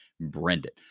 Brendan